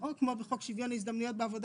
או כמו בחוק שוויון הזדמנויות בעבודה